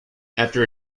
after